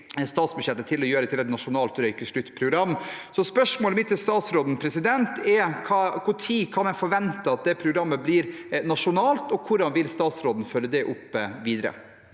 statsbudsjettet til å gjøre det til et nasjonalt røykesluttprogram. Spørsmålet mitt til statsråden er: Når kan en forvente at det programmet blir nasjonalt, og hvordan vil statsråden følge det opp videre?